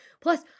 Plus